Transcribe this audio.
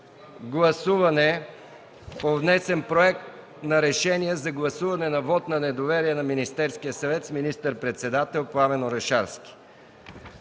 гласуване по внесен Проект на решение за гласуване на вот на недоверие на Министерския съвет с министър-председател Пламен Орешарски.